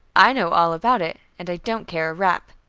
i know all about it, and i don't care a rap,